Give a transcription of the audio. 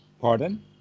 Pardon